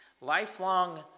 lifelong